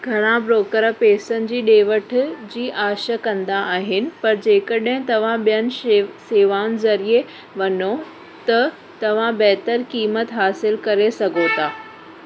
घणा ब्रोकर पैसनि जी ॾे वठि जी आश कंदा आहिनि पर जेकॾहिं तव्हां ॿियनि सेवाउनि ज़रिए वञो त तव्हां बहितरु क़ीमत हासिलु करे सघो था